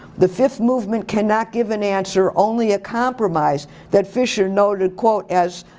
the fifth movement cannot give an answer, only a compromise that fischer noted, quote as,